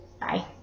bye